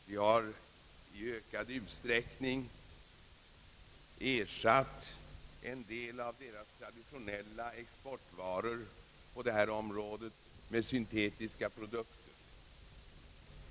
Vi har i ökad utsträckning ersatt en del av u-ländernas traditionella exportvaror med syntetiska produkter.